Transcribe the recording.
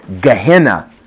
Gehenna